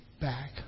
back